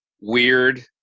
weird